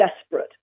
desperate